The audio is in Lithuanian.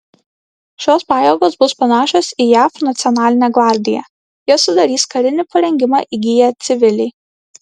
šios pajėgos bus panašios į jav nacionalinę gvardiją jas sudarys karinį parengimą įgiję civiliai